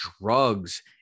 drugs